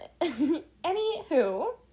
Anywho